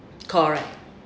correct